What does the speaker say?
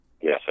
Yes